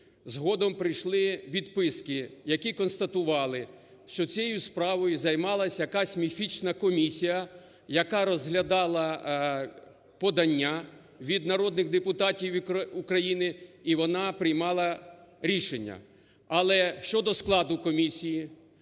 Згодом прийшли відписки, які констатували що цією справою займалася якась міфічна комісія, яка розглядала подання від народних депутатів України, і вона приймала рішення. Але щодо складу комісії,